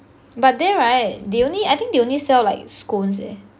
but there right they only I think they only sell like scones eh